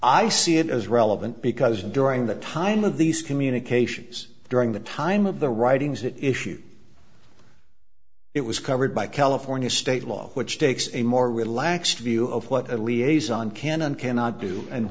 i see it as relevant because during the time of these communications during the time of the writings that issue it was covered by california state law which takes a more relaxed view of what liaison can and cannot do and